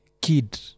kid